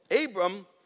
Abram